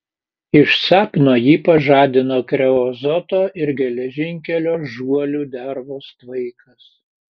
iš sapno jį pažadino kreozoto ir geležinkelio žuolių dervos tvaikas